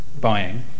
buying